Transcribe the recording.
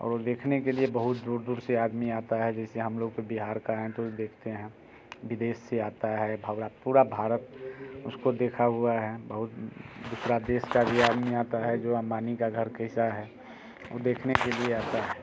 और ओ देखने के लिए बहुत दूर दूर से आदमी आता है जैसे हम लोग बिहार का है तो देखते हैं विदेश से आता है पूरा भारत उसको देखा हुआ है बहुत दूसरा देश का भी आदमी आता है जो अम्बानी का घर कैसा है उ देखने के लिए आता है